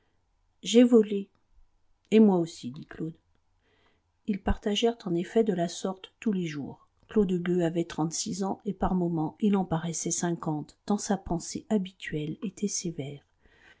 j'ai volé et moi aussi dit claude ils partagèrent en effet de la sorte tous les jours claude gueux avait trente-six ans et par moments il en paraissait cinquante tant sa pensée habituelle était sévère